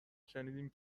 شنیدیم